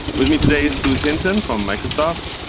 with me today is suz hinton from microsoft.